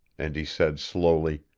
and he said slowly